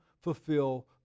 fulfill